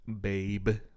babe